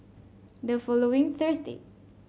the following Thursday